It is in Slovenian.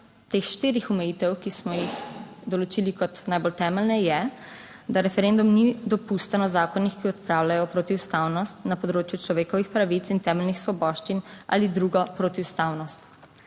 teh štirih omejitev, ki smo jih določili kot najbolj temeljne, je, da referendum ni dopusten o zakonih, ki odpravljajo protiustavnost na področju človekovih pravic in temeljnih svoboščin ali drugo protiustavnost.